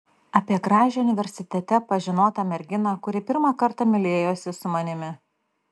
apie gražią universitete pažinotą merginą kuri pirmą kartą mylėjosi su manimi